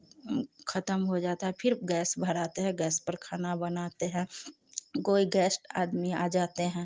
ख़त्म हो जाता है फिर गैस भराते हैं गैस पर खाना बनाते हैं कोई गेस्ट आदमी आ जाते हैं